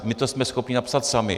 My to jsme schopni napsat sami.